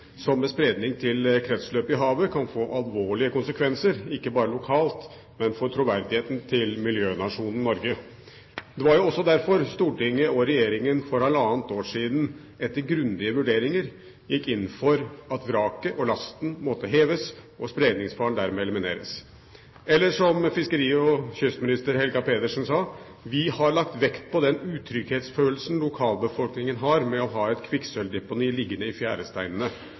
som med spredning til kretsløpet i havet kan få alvorlige konsekvenser, ikke bare lokalt, men også for troverdigheten til miljønasjonen Norge. Det var jo også derfor Stortinget og regjeringen for halvannet år siden, etter grundige vurderinger, gikk inn for at vraket og lasten måtte heves og spredningsfaren dermed elimineres. Eller som daværende fiskeri- og kystminister Helga Pedersen sa: «Vi har lagt avgjørende vekt på den utrygghetsfølelsen lokalbefolkningen har ved å ha et kvikksølvdeponi i